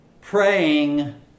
Praying